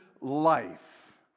life